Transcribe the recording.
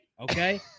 Okay